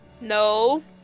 No